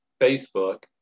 Facebook